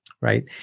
Right